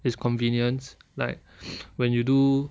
is convenience like when you do